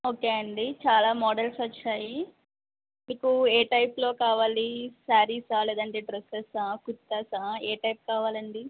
okay అండి చాలా models వచ్చాయి మీకు ఏ టైప్లో కావాలి శారీసా లేదంటే డ్రస్సెసా కుర్తాసా ఏ టైపు కావాలండి